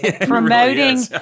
Promoting